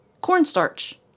Cornstarch